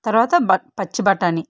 తరవాత బ పచ్చి బఠాణీ